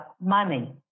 money